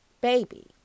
baby